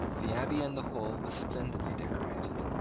the abbey and the hall were splendidly decorated.